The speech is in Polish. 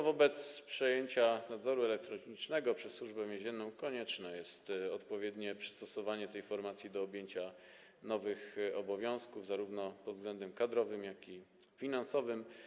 Wobec przejęcia nadzoru elektronicznego przez Służbę Więzienną konieczne jest odpowiednie przystosowanie tej formacji do przejęcia nowych obowiązków zarówno pod względem kadrowym, jak i finansowym.